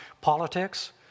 politics